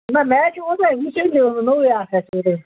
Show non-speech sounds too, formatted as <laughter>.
نہ میٹ چھُ اوترَے اوٚنمُت <unintelligible> نوٚوُے اَکھ اَسہِ <unintelligible>